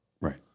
Right